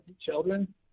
children